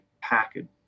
package